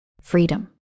Freedom